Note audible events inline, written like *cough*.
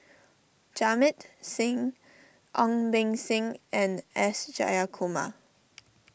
Jamit Singh Ong Beng Seng and S Jayakumar *noise*